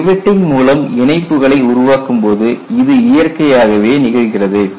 riveting மூலம் இணைப்புகளை உருவாக்கும்போது இது இயற்கையாகவே நிகழ்கிறது